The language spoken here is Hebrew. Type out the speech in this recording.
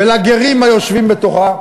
ולגרים היושבים בתוכה,